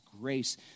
grace